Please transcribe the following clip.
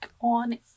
on